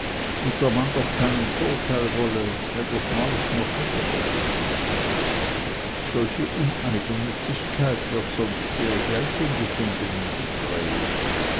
und der mann doch keinen vorteil wolle weder schmaus noch mittagessen solche uneigennützigkeit wird sonst sehr selten gefunden in israel